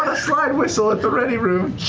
slide whistle at the ready room!